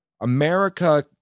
America